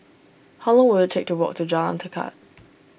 how long will it take to walk to Jalan Tekad